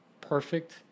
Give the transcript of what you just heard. perfect